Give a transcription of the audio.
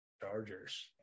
Chargers